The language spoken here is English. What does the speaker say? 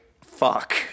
fuck